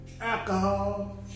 alcohol